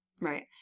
Right